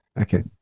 Okay